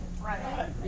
Right